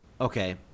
Okay